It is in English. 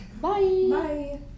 Bye